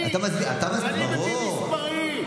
אני מביא מספרים.